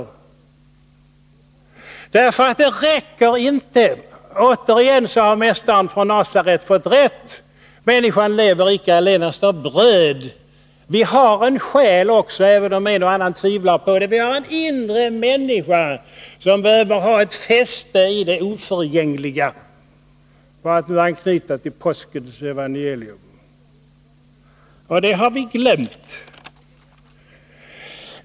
Jo, därför att — Mästaren från Nasaret har återigen fått rätt — ”människan lever icke allenast av bröd”. Vi har en själ också, även om en och annan tvivlar på det. Vi har en inre människa, som behöver ett fäste i det oförgängliga, för att nu anknyta till påskens evangelium. Men detta har vi glömt.